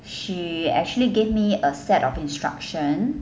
she actually gave me a set of instruction